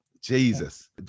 jesus